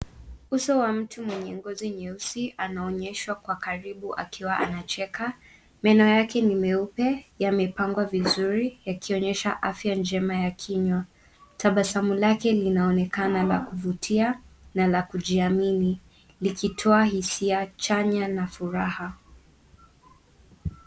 Uso wa mtu mwenye ngozi nyeusi anaonyeshwa kwa karibu akiwa anacheka. Meno yake ni meupe. Yamepangwa vizuri yakionyesha afya njema ya kinywa. Tabasamu lake linaonekana la kuvutia na la kujiamini likitoa hisia chanya na furaha.